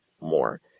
more